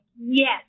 yes